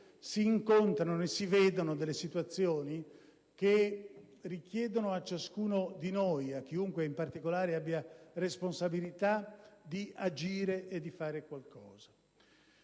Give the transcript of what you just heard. si incontrano e si vedono delle situazioni che richiedono a ciascuno di noi, a chiunque in particolare abbia responsabilità, di agire e di fare qualcosa.